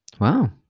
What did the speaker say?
Wow